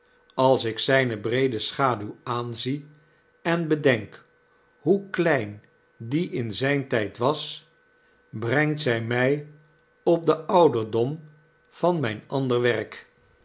als ik zijne breede schaduw aanzie en bedenk hoe klein die in zijn tijd was brengt zij mij op den ouderdom van mijn ander werk